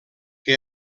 que